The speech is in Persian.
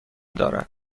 دارد